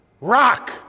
rock